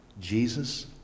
Jesus